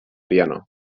piano